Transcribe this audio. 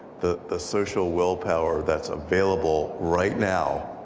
the the social willpower that's available right now,